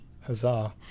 Huzzah